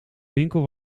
winkel